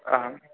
आम्